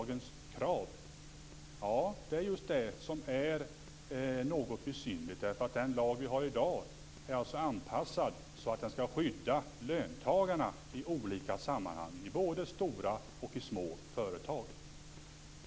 Det är just det som är något besynnerligt. Den lag som vi har i dag är anpassad så att den skall skydda löntagarna i olika sammanhang både i stora och små företag.